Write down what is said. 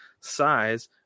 size